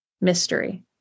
mystery